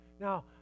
Now